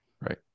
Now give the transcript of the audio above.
right